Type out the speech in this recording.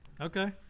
Okay